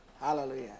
Hallelujah